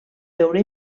veure